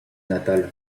natale